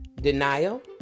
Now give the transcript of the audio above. Denial